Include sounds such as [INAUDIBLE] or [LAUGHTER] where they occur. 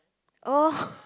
oh [LAUGHS]